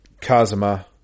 Kazuma